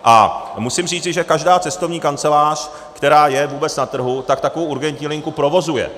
A musím říci, že každá cestovní kancelář, která je vůbec na trhu, tak takovou urgentní linku provozuje.